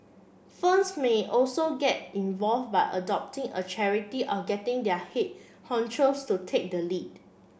firms may also get involve by adopting a charity or getting their head honchos to take the lead